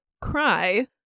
Cry